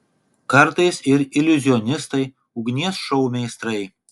kartais ir iliuzionistai ugnies šou meistrai